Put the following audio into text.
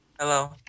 Hello